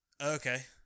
okay